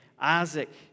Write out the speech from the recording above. Isaac